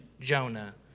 Jonah